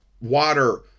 water